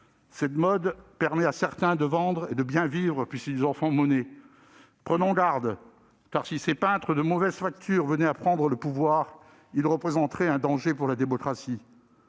Cette mode permet à certains de vendre et de bien vivre, puisqu'ils en font monnaie. Prenons garde ! Si ces peintres de mauvaise facture venaient à prendre le pouvoir, ils représenteraient un danger pour la démocratie.